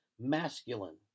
masculine